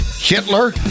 hitler